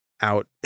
out